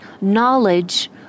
knowledge